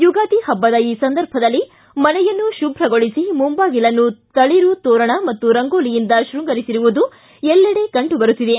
ಯುಗಾದಿ ಹಬ್ಬದ ಈ ಸಂದರ್ಭದಲ್ಲಿ ಮನೆಯನ್ನು ಶುಭ್ರಗೊಳಿಸಿ ಮುಂಬಾಗಿಲನ್ನು ತಳರು ತೋರಣ ಮತ್ತು ರಂಗೋಲಿಯಿಂದ ಶೃಂಗರಿಸಿರುವುದು ಎಲ್ಲೆಡೆ ಕಂಡುಬರುತ್ತಿದೆ